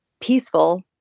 peaceful